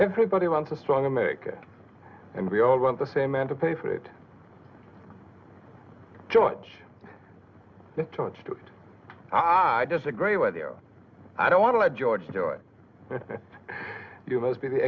everybody wants a strong america and we all want the same man to pay for it george touched it i disagree with you i don't want to george do it you must be the